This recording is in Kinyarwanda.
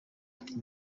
ati